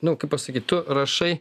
nu kaip pasakyt tu rašai